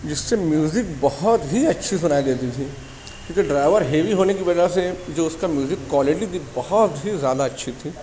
جس سے میوزک بہت ہی اچھی سنائی دیتی تھی کیونکہ ڈرائیور ہیوی ہونے کی وجہ سے جو اس کا میوزک کوالٹی تھی بہت ہی زیادہ اچھی تھی